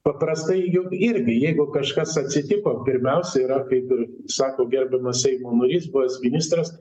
paprastai juk irgi jeigu kažkas atsitiko pirmiausia yra kaip ir sako gerbiamas seimo narys buvęs ministras